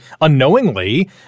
unknowingly